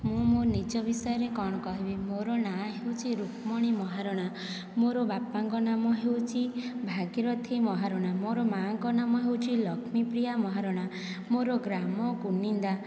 ମୁଁ ମୋ ନିଜ ବିଷୟରେ କ'ଣ କହିବି ମୋର ନାଁ ହେଉଛି ରୁକ୍ମଣୀ ମହାରଣା ମୋର ବାପାଙ୍କ ନାମ ହେଉଛି ଭାଗିରଥି ମହାରଣା ମୋର ମା'ଙ୍କ ନାମ ହେଉଛି ଲକ୍ଷ୍ମୀପ୍ରିୟା ମହାରଣା ମୋର ଗ୍ରାମ କୁନିନ୍ଦା